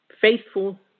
faithful